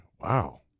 Wow